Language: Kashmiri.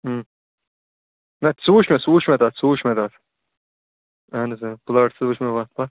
نہَ سُہ وٕچھ مےٚ سُہ وٕچھ مےٚ تَتھ سُہ وٕچھ مےٚ تتھ اہن حظ آ پلاٹس وٕچھ مےٚ وَتھ پَتھ